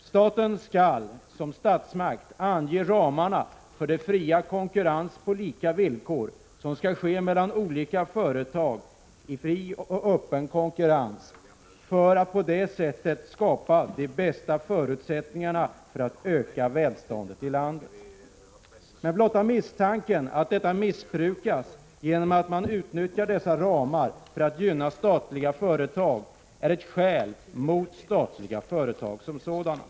Staten skall som statsmakt ange ramarna för den fria konkurrens på lika villkor som skall ske mellan olika företag på en fri och öppen marknad för att på det sättet skapa de bästa förutsättningarna för att öka välståndet i landet. Blotta misstanken att detta missbrukas genom att man utnyttjar dessa ramar för att gynna statliga företag är ett skäl mot statliga företag som sådana.